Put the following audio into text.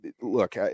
look